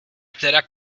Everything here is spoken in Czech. teda